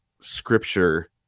scripture